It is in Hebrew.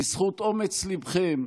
בזכות אומץ ליבכם,